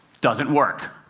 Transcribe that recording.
doesn't work.